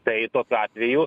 tai tokiu atveju